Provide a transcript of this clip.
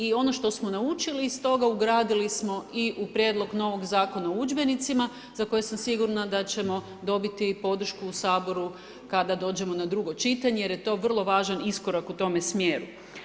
I ono što smo naučili iz toga ugradili smo i u prijedlog novog Zakona o udžbenicima za koje sam sigurna da ćemo dobiti i podršku u Saboru kada dođemo na drugo čitanje jer je to vrlo važan iskorak u tome smjeru.